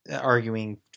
arguing